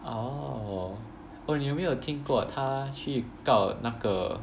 oh oh 你有没有听过他去告那个